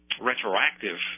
retroactive